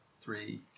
three